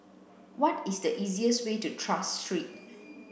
what is the easiest way to Tras Street